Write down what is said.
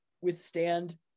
withstand